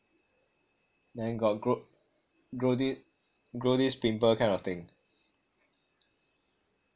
then got gr~ grow th~ grow this pimple kind of thing